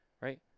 right